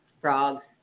frogs